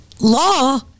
law